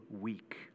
weak